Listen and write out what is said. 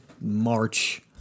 March